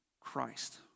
Christ